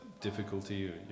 difficulty